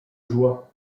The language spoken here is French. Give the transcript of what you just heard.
joie